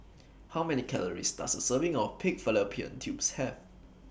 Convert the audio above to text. How Many Calories Does A Serving of Pig Fallopian Tubes Have